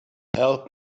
help